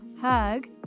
hug